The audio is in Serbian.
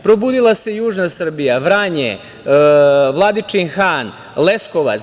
Probudila se južna Srbija, Vranje, Vladičin Han, Leskovac.